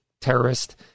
terrorist